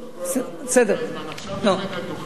עכשיו אתה עומד על דוכן הנואמים.